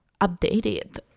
updated